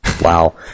Wow